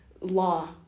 law